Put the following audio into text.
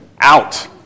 Out